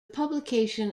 publication